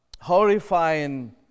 horrifying